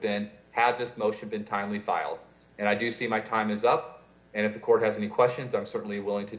been had this motion been timely filed and i do see my time is up and if the court has any questions i'm certainly willing to